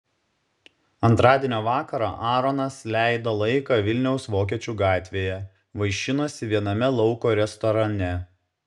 antradienio vakarą aaronas leido laiką vilniaus vokiečių gatvėje vaišinosi viename lauko restorane